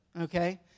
okay